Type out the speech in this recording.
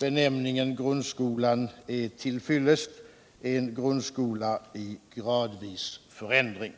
Benämningen grundskolan är till fyllest — en grundskola i gradvis förändring.